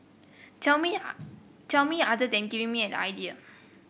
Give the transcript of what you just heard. tell me tell me other than giving me the idea